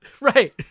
Right